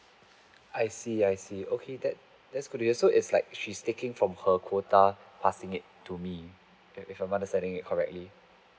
I see I see okay that that's good to hear so it's like she's taking from her quota passing it to me if I'm understanding it correctly